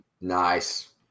Nice